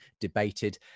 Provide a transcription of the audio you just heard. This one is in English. debated